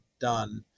done